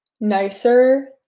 nicer